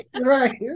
right